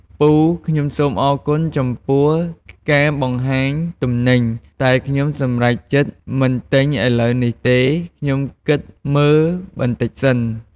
ពូ ខ្ញុំសូមអរគុណចំពោះការបង្ហាញទំនិញ តែខ្ញុំសម្រេចចិត្តមិនទិញឥឡូវនេះទេ ខ្ញុំគិតមើលបន្តិចសិន។